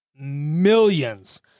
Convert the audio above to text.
millions